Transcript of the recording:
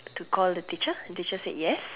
to call the teacher the teacher said yes